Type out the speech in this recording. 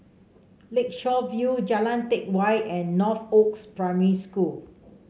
Lakeshore View Jalan Teck Whye and Northoaks Primary School